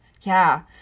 Yeah